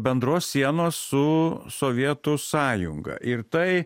bendros sienos su sovietų sąjunga ir tai